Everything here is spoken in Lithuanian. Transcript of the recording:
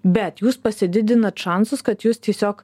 bet jūs pasididinat šansus kad jūs tiesiog